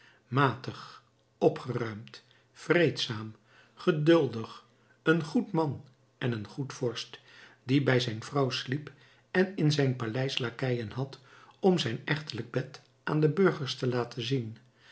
matig opgeruimd vreedzaam geduldig een goed man en een goed vorst die bij zijn vrouw sliep en in zijn paleis lakeien had om zijn echtelijk bed aan de burgers te laten zien